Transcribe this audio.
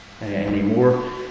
anymore